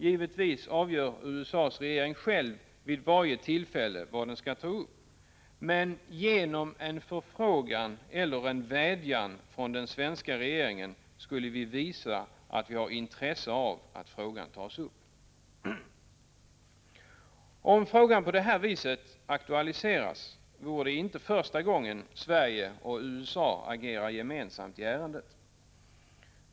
Givetvis avgör USA:s regering själv, vid varje tillfälle, vilka frågor den skall ta upp. Men genom en förfrågan, eller en vädjan, från den svenska regeringen skulle vi visa att vi har intresse av att frågan tas upp. Om frågan på det här viset aktualiserades, vore det inte första gången Sverige och USA agerar gemensamt i ärendet.